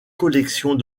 collections